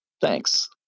Thanks